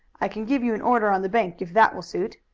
i can give you an order on the bank if that will suit.